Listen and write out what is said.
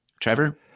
Trevor